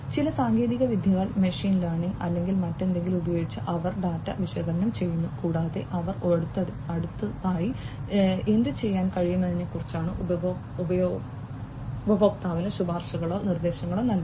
ചില സാങ്കേതിക വിദ്യകൾ മെഷീൻ ലേണിംഗ് അല്ലെങ്കിൽ മറ്റെന്തെങ്കിലും ഉപയോഗിച്ച് അവർ ഡാറ്റ വിശകലനം ചെയ്യുന്നു കൂടാതെ അവർ അടുത്തതായി എന്തുചെയ്യാൻ കഴിയുമെന്നതിനെക്കുറിച്ച് ഉപയോക്താവിന് ശുപാർശകളോ നിർദ്ദേശങ്ങളോ നൽകും